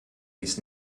dies